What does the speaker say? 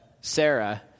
Sarah